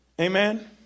Amen